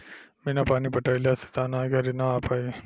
बिना पानी पटाइले त अनाज घरे ना आ पाई